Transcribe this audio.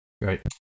Right